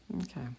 okay